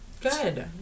good